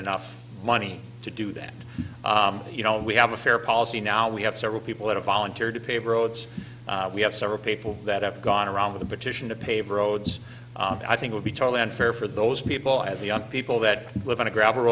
enough money to do that you know we have a fair policy now we have several people that have volunteered to pave roads we have several people that have gone around with a petition to pave roads i think would be totally unfair for those people as young people that live on a gra